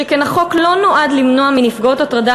שכן החוק לא נועד למנוע מנפגעות הטרדה